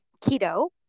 keto